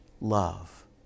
love